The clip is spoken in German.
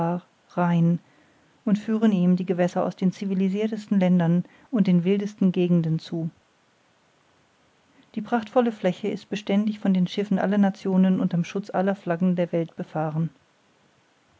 rhein und führen ihm die gewässer aus den civilisirtesten ländern und den wildesten gegenden zu die prachtvolle fläche ist beständig von den schiffen aller nationen unter'm schutz aller flaggen der welt befahren